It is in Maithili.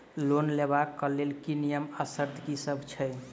लोन लेबऽ कऽ लेल नियम आ शर्त की सब छई?